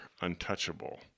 untouchable